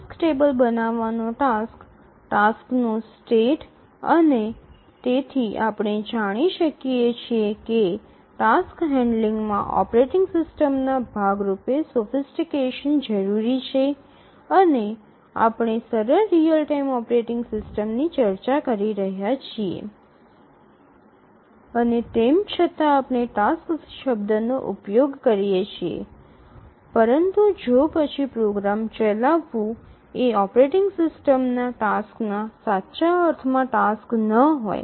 task table બનાવવાનો task ટાસ્કનો state અને તેથી આપણે જાણીએ છીએ કે ટાસ્ક હેન્ડલિંગમાં ઓપરેટિંગ સિસ્ટમના ભાગરૂપે સોફિસ્ટીકેશન જરૂરી છે અને આપણે સરળ રીઅલ ટાઇમ ઓપરેટિંગ સિસ્ટમની ચર્ચા કરી રહ્યાં છીએ અને તેમ છતાં આપણે ટાસ્ક શબ્દનો ઉપયોગ કરીએ છીએ પરંતુ તો પછી પ્રોગ્રામ ચલાવવું એ ઓપરેટિંગ સિસ્ટમના ટાસ્કના સાચા અર્થમાં ટાસ્ક ન હોય